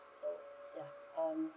so ya um